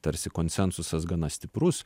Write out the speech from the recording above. tarsi konsensusas gana stiprus